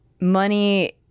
money